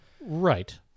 Right